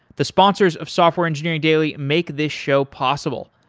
the sponsors of software engineering daily make this show possible,